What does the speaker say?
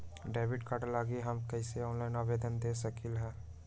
Debit card लागी हम कईसे ऑनलाइन आवेदन दे सकलि ह?